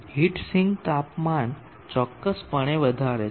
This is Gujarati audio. હીટ સિંક તાપમાન ચોક્કસપણે વધારે છે